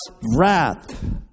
wrath